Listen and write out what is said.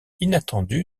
inattendu